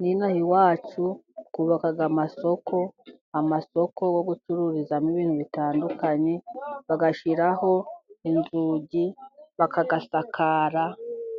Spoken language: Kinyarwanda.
N'ino aha iwacu twubaka amasoko, amasoko yo gucururizamo ibintu bitandukanye. Bagashyiraho inzugi bakayasakara,